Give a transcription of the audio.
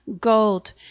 gold